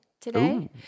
today